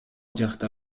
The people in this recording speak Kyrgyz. жакта